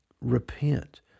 Repent